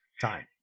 time